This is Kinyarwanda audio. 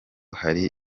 hari